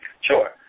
Sure